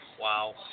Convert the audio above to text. Wow